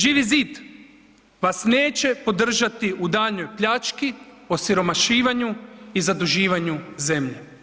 Živi zid vas neće podržati u daljnjoj pljački, osiromašivanju i zaduživanju zemlje.